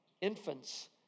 Infants